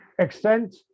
Extent